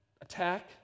attack